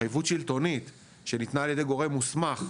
התחייבות שלטונית שניתנה על ידי גורם מוסמך,